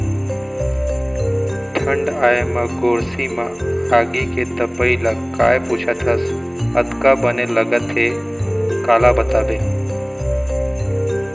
ठंड आय म गोरसी म आगी के तपई ल काय पुछत हस अतका बने लगथे काला बताबे